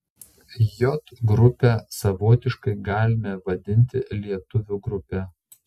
j grupę savotiškai galime vadinti lietuvių grupe